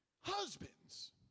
Husbands